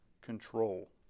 control